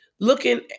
looking